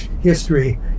history